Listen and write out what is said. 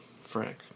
Frank